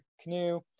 canoe